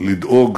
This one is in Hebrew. לדאוג